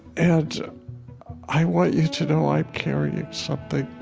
and i want you to know i'm carrying something,